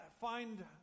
find